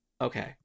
Okay